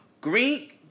Green